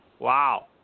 Wow